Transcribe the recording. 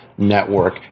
network